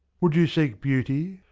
would you seek beauty,